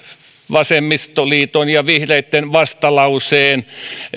vasemmistoliiton ja vihreitten vastalauseen